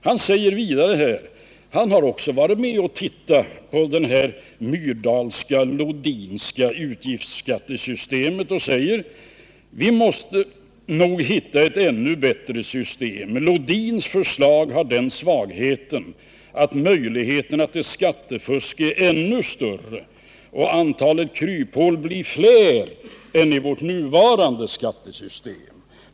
Han har också tittat på det Myrdal-Lodinska utgiftsskattesystemet, och han säger att vi måste hitta ett annat system. Lodins förslag har den svagheten att möjligheterna till skattefusk är ännu större och antalet kryphål fler än i vårt nuvarande skattesystem.